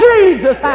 Jesus